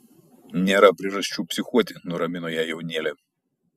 nėra priežasčių psichuoti nuramino ją jaunėlė